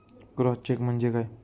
Cross check म्हणजे काय?